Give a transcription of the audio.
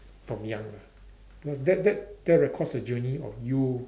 from young lah that that that records the journey of you